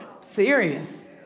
Serious